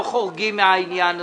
לא חורגים מהעניין הזה.